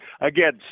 again